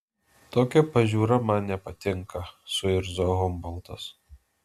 tokia pažiūra man nepatinka suirzo humboltas